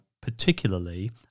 particularly